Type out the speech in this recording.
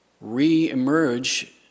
re-emerge